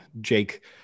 jake